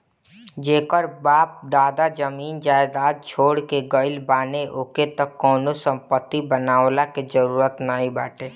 जेकर बाप दादा जमीन जायदाद छोड़ के गईल बाने ओके त कवनो संपत्ति बनवला के जरुरत नाइ बाटे